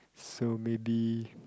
so maybe